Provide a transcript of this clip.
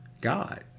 God